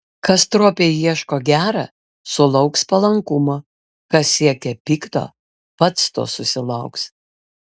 kas stropiai ieško gera sulauks palankumo kas siekia pikto pats to susilauks